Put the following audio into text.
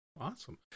awesome